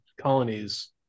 colonies